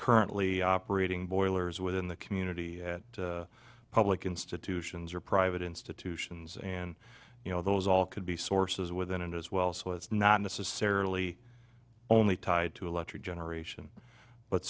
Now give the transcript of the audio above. currently operating boilers within the community at public institutions or private institutions and you know those all could be sources within it as well so it's not necessarily only tied to electric generation but